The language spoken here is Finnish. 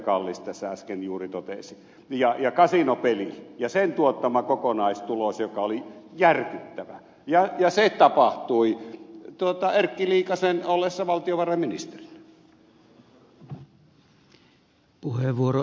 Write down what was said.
kallis tässä äsken juuri totesi ja kasinopeli ja sen tuottama kokonaistulos joka oli järkyttävä ja se tapahtui erkki liikasen ollessa valtiovarainministeri